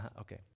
okay